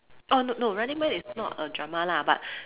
orh no no running man is not a drama lah but